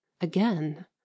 again